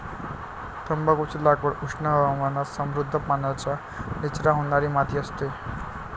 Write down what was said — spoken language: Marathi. तंबाखूची लागवड उष्ण हवामानात समृद्ध, पाण्याचा निचरा होणारी माती असते